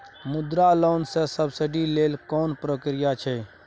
मुद्रा लोन म सब्सिडी लेल कोन प्रक्रिया छै?